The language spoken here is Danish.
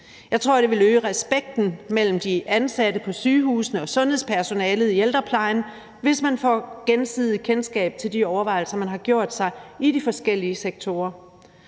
Jeg tror, det vil øge respekten mellem de ansatte på sygehusene og sundhedspersonalet i ældreplejen, hvis man får gensidigt kendskab til de overvejelser, man har gjort sig i de forskellige sektorer.